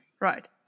Right